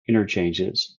interchanges